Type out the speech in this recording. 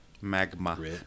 magma